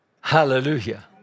Hallelujah